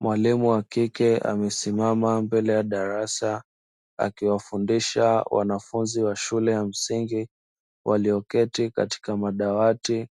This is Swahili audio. Mwalimu wa kike amesimama mbele ya darasa akiwafundisha wanafunzi wa shule ya msingi walioketi katika madawati,